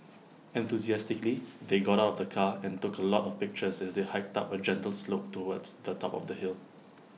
enthusiastically they got out of the car and took A lot of pictures as they hiked up A gentle slope towards the top of the hill